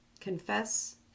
Confess